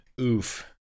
oof